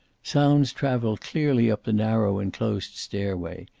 sounds traveled clearly up the narrow enclosed stairway.